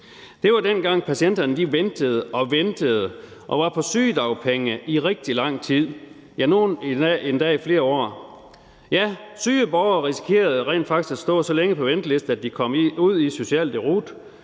Det var, dengang patienterne ventede og ventede og var på sygedagpenge i rigtig lang tid – ja, nogle endda i flere år. Ja, syge borgere risikerede rent faktisk at stå så længe på venteliste, at de kom ud i social deroute